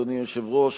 אדוני היושב-ראש,